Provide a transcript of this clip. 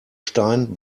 stein